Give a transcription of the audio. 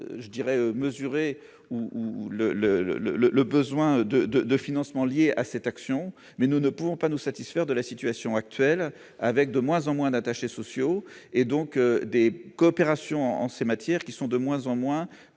d'avoir bien mesuré le besoin de financement lié à cette action, mais nous ne pouvons pas nous satisfaire de la situation actuelle, avec de moins en moins d'attachés sociaux et, partant, des coopérations de moins en moins